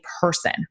person